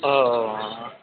ہاں